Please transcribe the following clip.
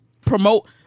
promote